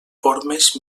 formes